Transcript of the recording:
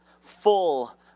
full